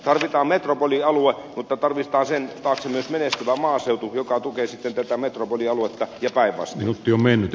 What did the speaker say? tarvitaan metropolialue mutta tarvitaan sen taakse myös menestyvä maaseutu joka tukee sitten tätä metropolialuetta ja päinvastoin